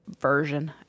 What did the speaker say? Version